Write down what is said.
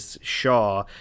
Shaw